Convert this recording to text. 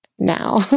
Now